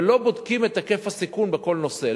ולא בודקים את היקף הסיכון בכל נושא.